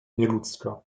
nieludzka